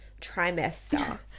trimester